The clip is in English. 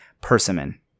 Persimmon